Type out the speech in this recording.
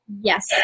Yes